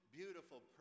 beautiful